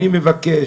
אני מבקש: